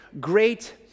great